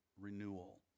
renewal